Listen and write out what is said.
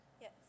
Yes